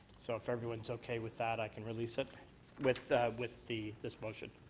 so if everyone's okay with that i can release it with the with the this motion.